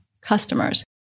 customers